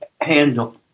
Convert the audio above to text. handle